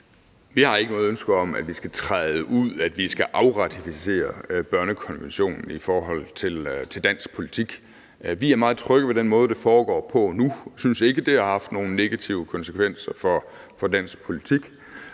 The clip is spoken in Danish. Vi har ikke noget ønske om, at vi skal træde ud, altså at vi skal afratificere børnekonventionen i forhold til dansk politik. Vi er meget trygge ved den måde, det foregår på nu, og vi synes ikke, at det har haft nogen negative konsekvenser for dansk politik.